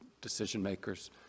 decision-makers